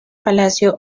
palacio